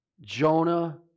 Jonah